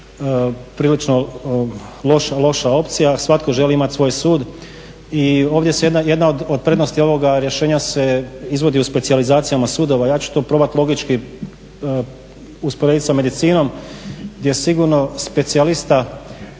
prilično loša opcija, svatko želi imati svoj sud. I ovdje je jedna od prednosti ovoga rješenja se izvodi u specijalizacijama sudova. Ja ću to probati logički usporediti sa medicinom, gdje sigurno specijalista